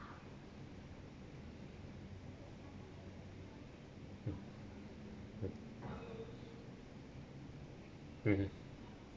mm mm mmhmm